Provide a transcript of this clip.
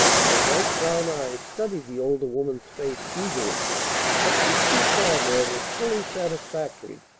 and her bright brown eyes studied the older woman's face eagerly but what she saw there was fully satisfactory,